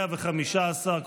115,